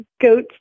goat's